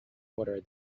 water